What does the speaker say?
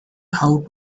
how